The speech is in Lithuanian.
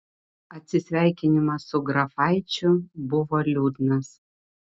atsisveikinimas su grafaičiu buvo liūdnas